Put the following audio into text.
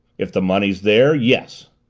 if the money's there yes.